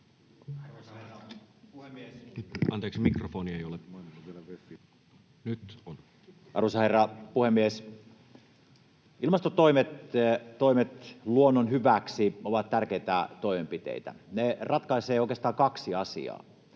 Arvoisa herra puhemies! Ilmastotoimet luonnon hyväksi ovat tärkeitä toimenpiteitä. Ne ratkaisee oikeastaan kaksi asiaa.